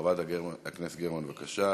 חברת הכנסת גרמן, בבקשה.